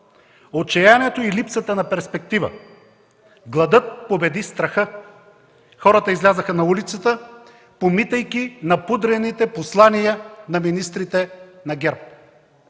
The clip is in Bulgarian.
отчаянието и липсата на перспектива! Гладът победи страха! Хората излязоха на улицата, помитайки напудрените послания на министрите на ГЕРБ.